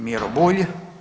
Miro Bulj.